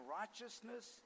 righteousness